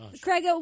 Craig